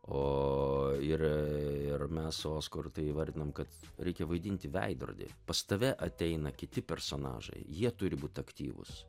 o ir ir mes su oskaru tai įvardinom kad reikia vaidinti veidrodį pas tave ateina kiti personažai jie turi būt aktyvūs